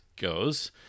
goes